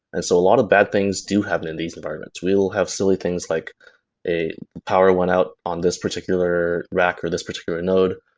and so a lot of bad things do happen in these environments. we'll have silly things like a power went out on this particular rack or this particular node,